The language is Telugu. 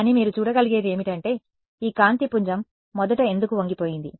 కానీ మీరు చూడగలిగేది ఏమిటంటే ఈ కాంతి పుంజం మొదట ఎందుకు వంగిపోయింది